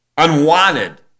unwanted